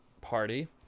party